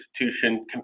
institution